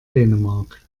dänemark